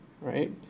right